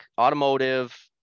automotive